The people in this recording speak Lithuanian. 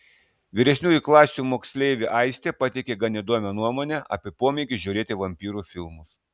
vyresniųjų klasių moksleivė aistė pateikė gan įdomią nuomonę apie pomėgį žiūrėti vampyrų filmus